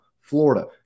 florida